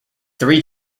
three